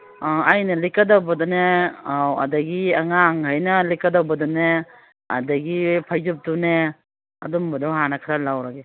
ꯑꯥ ꯑꯩꯅ ꯂꯤꯠꯀꯗꯧꯕꯗꯅꯦ ꯑꯧ ꯑꯗꯒꯤ ꯑꯉꯥꯡꯒꯩꯅ ꯂꯤꯠꯀꯗꯕꯗꯨꯅꯦ ꯑꯗꯒꯤ ꯐꯩꯖꯨꯞꯇꯨꯅꯦ ꯑꯗꯨꯝꯕꯗꯣ ꯍꯥꯟꯅ ꯈꯔ ꯂꯧꯔꯒꯦ